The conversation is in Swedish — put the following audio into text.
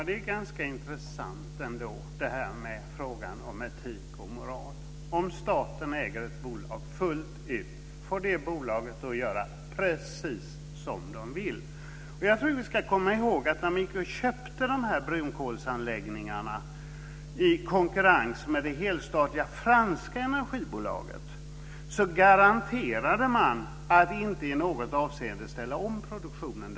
Fru talman! Frågan om etik och moral är ganska intressant. Om staten äger ett bolag fullt ut, får det bolaget göra precis som det vill? Vi ska komma ihåg att när Vattenfall köpte brunkolsanläggningarna i konkurrens med det helstatliga franska energibolaget, garanterade man att inte i något avseende ställa om produktionen.